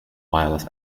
wireless